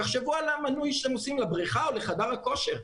תחשבו על המנוי שאתם עושים לבריכה או לחדר כושר.